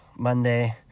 Monday